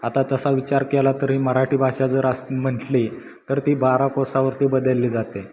आता तसा विचार केला तर ही मराठी भाषा जर असं म्हटली तर ती बारा कोसावरती बदलली जाते